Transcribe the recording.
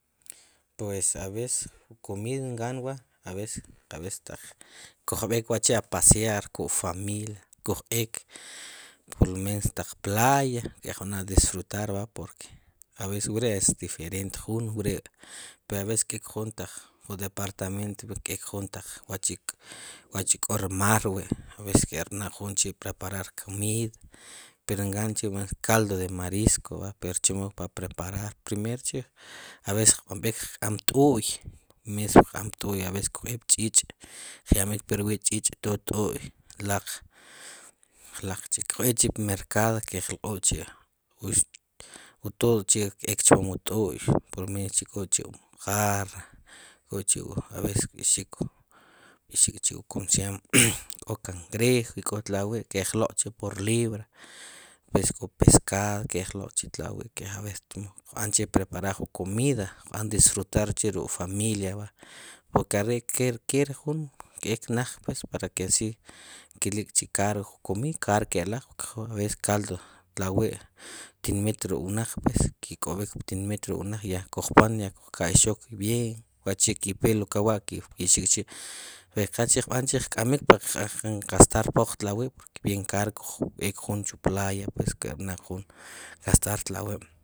Pues a veces wu comida nk'an wa, a veces kub'ek wachi' a pasear kuk' familia kuj ek, por lo menos taq playa, keq b'na' disfrutar va porque a veces wre' es diferente jun, wre' pe a veces kek jun taq ju departamento, keek jun taq wachi', k wachi' kó ri mar wi', a veces kerb'na' jun preparar comida, pero nk'anchi' caldo de marisco va pero chemo para preparar, primero chi', a veces qb'anb'ik qk'am t'uy, mismo k'am t'uy a veces kuj eek pch'ich', qyab'ik pir wi' ch'ich' todo t'uy, laq, qlaq chi', kuj eek chi' p mercado keq lq'uul chi', wu todo chi', k eek chpom wu t'uy, por lo menos chi' k'o chi' mojarra, k'o chi' wu a veces kb'i'xik, kb'ixik chi' wu comida como se llama, k'o cangrejo ik'o tlawi' qlooq' chi' por libra, a veces k'o pescado keq loq' chi' tlawi' chemo qb'an chi' preparar wu comida qb'an disfrutar chi' ruk' familia va, porque are' quiere jun keek naj pues, para que así kelik k'chi caro ju comida, caro k'eloq a veces caldo tlawi' tinmit ruk' wnaq pues ki' k'ob'k pues ptinmit ruk' wnaq ya kujopoon, ya kuj ka'yxok bien wachi' ki petlu kewa' ki' b'ixik chi', rikee, k'chi' qb'an chi' qk'amik qal qb'an gastar pooq tlawi' porque bien caro qujb'ek jun chu playa pues kerb'na' jun gastar tlawi'